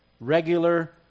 regular